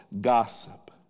gossip